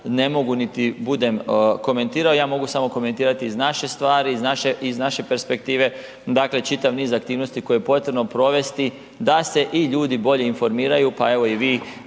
ne mogu niti budem komentirao, ja mogu samo komentirati iz naše perspektive, dakle čitav niz aktivnosti koje je potrebno provesti da se i ljudi bolje informiraju pa evo i